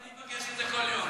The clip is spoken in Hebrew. אני מבקש את זה כל יום.